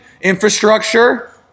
infrastructure